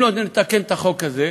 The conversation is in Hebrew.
אם לא נתקן את החוק הזה,